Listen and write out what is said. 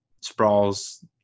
sprawls